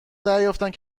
دریافتند